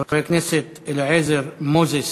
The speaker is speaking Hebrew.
חבר הכנסת אליעזר מוזס